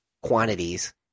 quantities